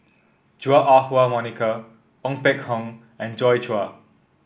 Chua Ah Huwa Monica Ong Peng Hock and Joi Chua